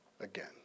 again